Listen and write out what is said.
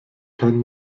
kein